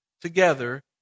together